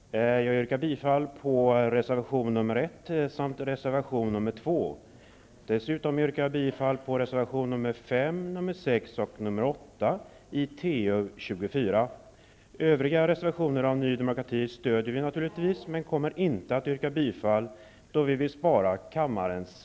Fru talman! Jag yrkar bifall till reservation nr 1 samt till reservation nr 2. Dessutom yrkar jag bifall till reservationerna nr 5, nr 6 och nr 8 till TU24. Övriga reservationer från Ny demokrati stödjer vi naturligtvis, men vi kommer inte att yrka bifall till dessa, då vi vill spara kammaren tid.